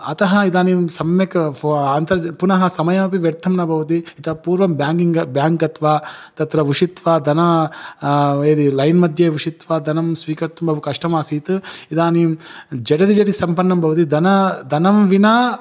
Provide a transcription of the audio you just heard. अतः इदानीं सम्यक् फ़ो अन्तर्ज् पुनः समयमपि व्यर्थं न भवति इतः पूर्वं ब्याङ्गिङ्ग् ब्याङ्क़् गत्वा तत्र उषित्वा धनं यदि लैन्मध्ये उषित्वा धनं स्वीकर्तुम् बहु कष्टम् आसीत् इदानीं झटिति झटिति सम्पन्नं भवति धनं धनं विना